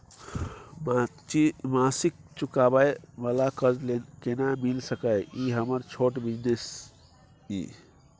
मासिक चुकाबै वाला कर्ज केना मिल सकै इ हमर छोट बिजनेस इ?